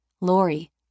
Lori